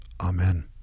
Amen